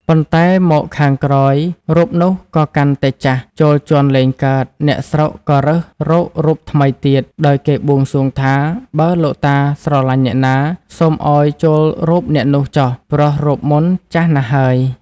ប៉ុន្តែតមកខាងក្រោយ រូបនោះក៏កាន់តែចាស់ ចូលជាន់លែងកើត អ្នកស្រុកក៏រើសរករូបថ្មីទៀត ដោយគេបួងសួងថា "បើលោកតាស្រឡាញ់អ្នកណា សូមឲ្យចូលរូបអ្នកនោះ ចុះ ព្រោះរូបមុនចាស់ណាស់ហើយ ។